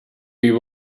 you